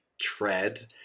tread